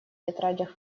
тетрадях